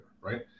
right